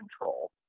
control